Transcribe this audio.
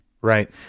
Right